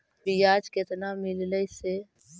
बियाज केतना मिललय से?